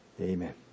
Amen